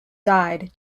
died